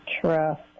trust